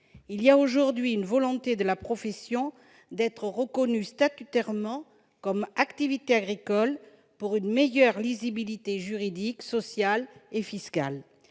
veulent aujourd'hui voir leur profession reconnue statutairement comme une activité agricole pour une meilleure lisibilité juridique, sociale et fiscale.